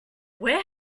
where